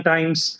Times